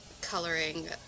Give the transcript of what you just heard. coloring